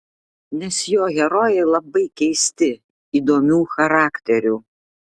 nes jo herojai labai keisti įdomių charakterių